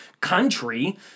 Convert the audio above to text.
country